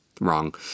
wrong